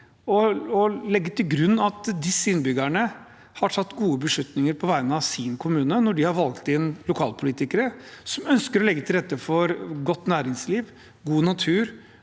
og legge til grunn at disse innbyggerne har tatt gode beslutninger på vegne av sin kommune når de har valgt inn lokalpolitikere som ønsker å legge til rette for godt næringsliv, god natur,